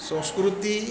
संस्कृती